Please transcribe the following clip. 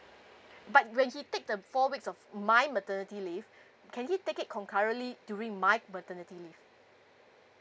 but when he take the four weeks of my maternity leave can he take it concurrently during my maternity leave